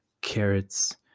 carrots